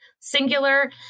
singular